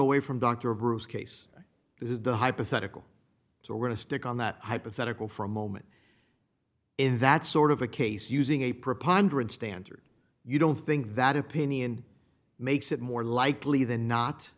away from dr bruce case is the hypothetical so we're going to stick on that hypothetical for a moment if that's sort of a case using a preponderance standard you don't think that opinion makes it more likely than not